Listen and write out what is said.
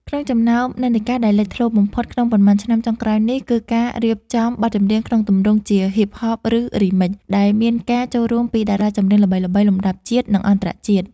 ក្នុងចំណោមនិន្នាការដែលលេចធ្លោបំផុតក្នុងប៉ុន្មានឆ្នាំចុងក្រោយនេះ គឺការរៀបចំបទចម្រៀងក្នុងទម្រង់ជា Hip-hop ឬ Remix ដែលមានការចូលរួមពីតារាចម្រៀងល្បីៗលំដាប់ជាតិ និងអន្តរជាតិ។